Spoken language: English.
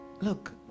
look